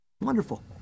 Wonderful